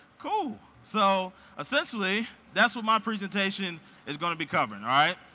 cool. so essentially, that's what my presentation is going to be covering. alright.